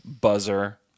buzzer